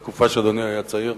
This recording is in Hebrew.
זה היה בתקופה שאדוני היה צעיר.